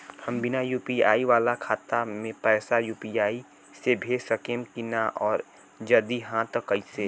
हम बिना यू.पी.आई वाला खाता मे पैसा यू.पी.आई से भेज सकेम की ना और जदि हाँ त कईसे?